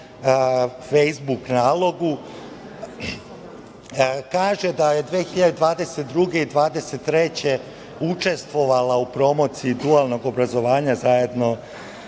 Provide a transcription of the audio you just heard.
fejsbuk nalogu kaže da je 2022. i 2023. godine učestvovala u promociji dualnog obrazovanja zajedno